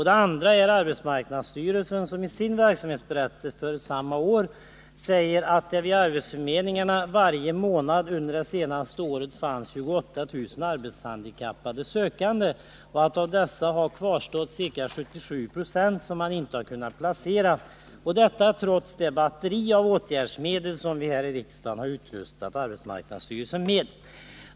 Det andra är arbetsmarknadsstyrelsen, som i sin verksamhetsberättelse för samma år säger att det vid arbetsförmedlingarna varje månad under det senaste året fanns 28 000 arbetshandikappade sökande och att av dessa har kvarstått ca 77 26 som man inte har kunnat placera — detta trots det batteri av åtgärdsmedel som riksdagen har utrustat arbetsmarknadsstyrelsen med.